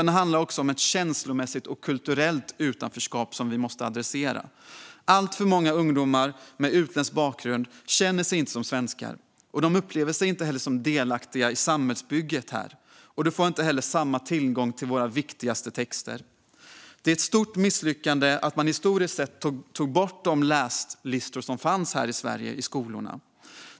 Det handlar också om ett känslomässigt och kulturellt utanförskap som vi måste adressera. Alltför många ungdomar med utländsk bakgrund känner sig inte som svenskar. De upplever sig inte vara delaktiga i samhällsbygget här. De får inte heller samma tillgång till våra viktigaste texter. Det var ett stort misslyckande att man historiskt sett tog bort de läslistor som fanns här i Sverige i skolorna.